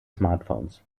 smartphones